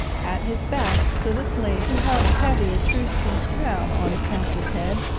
at his back stood a slave who held a heavy etruscan crown on the consul's head,